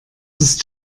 ist